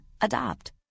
Adopt